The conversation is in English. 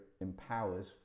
empowers